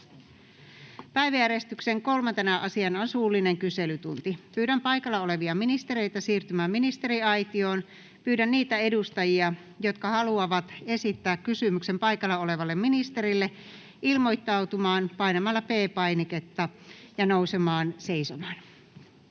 Päiväjärjestyksen 3. asiana on suullinen kyselytunti. Pyydän paikalla olevia ministereitä siirtymään ministeriaitioon. Pyydän niitä edustajia, jotka haluavat esittää kysymyksen paikalla olevalle ministerille, ilmoittautumaan painamalla P-painiketta ja nousemalla seisomaan.